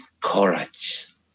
courage